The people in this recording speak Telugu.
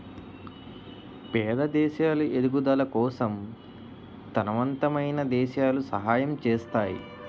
పేద దేశాలు ఎదుగుదల కోసం తనవంతమైన దేశాలు సహాయం చేస్తాయి